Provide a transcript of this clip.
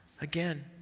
again